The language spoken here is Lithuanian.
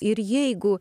ir jeigu